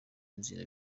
inzira